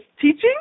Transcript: teaching